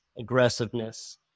aggressiveness